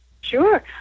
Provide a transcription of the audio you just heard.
Sure